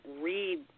read